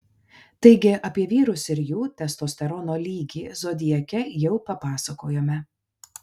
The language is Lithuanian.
taigi apie vyrus ir jų testosterono lygį zodiake jau papasakojome